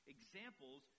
Examples